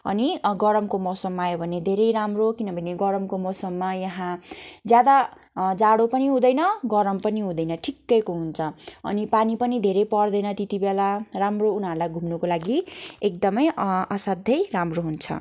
अनि गरमको मौसममा आयो भने धेरै राम्रो किनभने गरमको मौसममा यहाँ ज्यादा जाडो पनि हुँदैन गरम पनि हुँदैन ठिक्कैको हुन्छ अनि पानी पनि धेरै पर्दैन त्यति बेला राम्रो उनीहरूलाई घुम्नु लागि एकदमै असाध्यै राम्रो हुन्छ